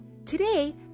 Today